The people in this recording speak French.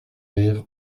rire